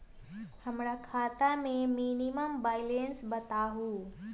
हमरा खाता में मिनिमम बैलेंस बताहु?